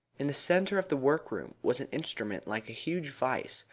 in the centre of the workroom was an instrument like a huge vice,